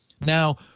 Now